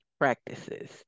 practices